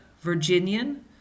Virginian